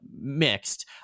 mixed